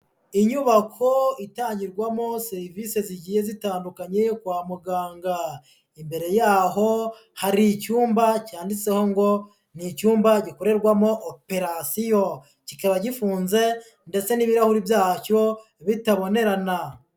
Inyubako itangirwamo serivise zigiye zitandukanye kwa muganga. Imbere yaho, hari icyumba cyanditse ngo ni icyumba gikorerwamo operasiyo. Kikaba gifunze ndetse n'ibirahuri byacyo bitabonerana.